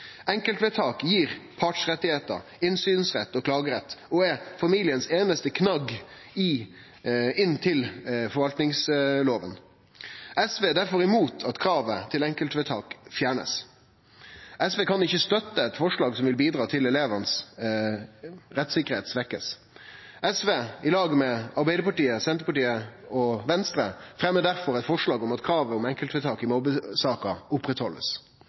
Enkeltvedtak gir partsrettar, innsynsrett og klagerett og er familiens einaste knagg inn til forvaltningslova. SV er difor imot at kravet til enkeltvedtak blir fjerna. SV kan ikkje støtte eit forslag som vil bidra til at rettssikkerheita til elevane blir svekt. SV, i lag med Arbeidarpartiet, Senterpartiet og Venstre, fremjar difor eit forslag om at kravet om enkeltvedtak i